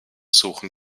suchen